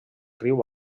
riu